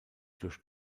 durch